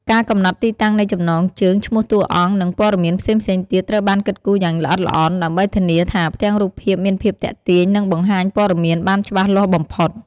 ការកំណត់ទីតាំងនៃចំណងជើង ឈ្មោះតួអង្គ និងព័ត៌មានផ្សេងៗទៀត ត្រូវបានគិតគូរយ៉ាងល្អិតល្អន់ ដើម្បីធានាថាផ្ទាំងរូបភាពមានភាពទាក់ទាញ និងបង្ហាញព័ត៌មានបានច្បាស់លាស់បំផុត ។